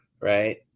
right